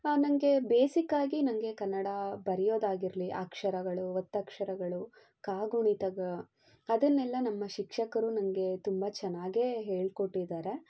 ನನಗೆ ಬೇಸಿಕ್ಕಾಗಿ ನನಗೆ ಕನ್ನಡ ಬರೆಯೋದಾಗಿರಲಿ ಅಕ್ಷರಗಳು ಒತ್ತಕ್ಷರಗಳು ಕಾಗುಣಿತ ಅದನ್ನೆಲ್ಲ ನಮ್ಮ ಶಿಕ್ಷಕರು ನನಗೆ ತುಂಬ ಚೆನ್ನಾಗೇ ಹೇಳಿಕೊಟ್ಟಿದ್ದಾರೆ